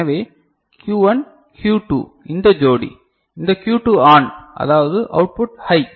எனவே Q1 Q 2 இந்த ஜோடி இந்த Q2 ஆன் அதாவது அவுட்புட ஹை